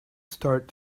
start